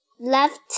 left